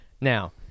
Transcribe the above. now